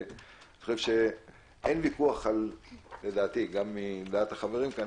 ואני חושב שאין ויכוח לדעתי וגם לדעת החברים כאן